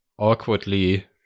awkwardly